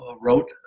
wrote